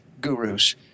gurus